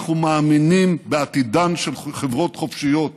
אנחנו מאמינים בעתידן של חברות חופשיות ויצרניות.